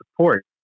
support